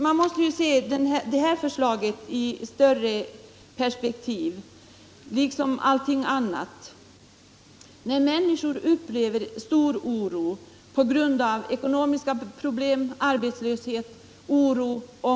Man måste se det här förslaget i ett större perspektiv, liksom allting annat. I dagens läge upplever människor stor oro och ångest på grund av ekonomiska problem och arbetslöshet.